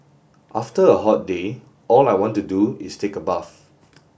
after a hot day all I want to do is take a bath